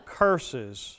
curses